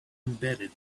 embedded